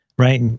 right